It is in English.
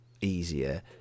easier